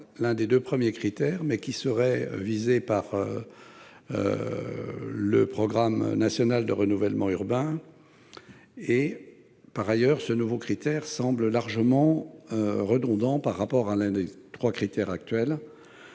l'un des deux premiers critères, mais qui seraient visées par le programme national de renouvellement urbain (PNRU). Par ailleurs, ce nouveau critère semble largement redondant par rapport à l'un des trois critères actuels.